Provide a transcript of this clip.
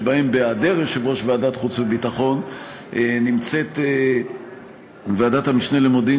שבהם בהיעדר יושב-ראש ועדת החוץ והביטחון נמצאת ועדת המשנה למודיעין